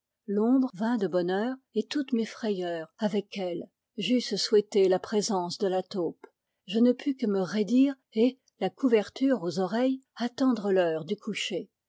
l'ombre vint de bonne heure et toutes mes frayeurs avec elle j'eusse souhaité la présence de la taupe je ne pus que me raidir et la couverture aux oreilles attendre l'heure du coucher